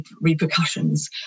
repercussions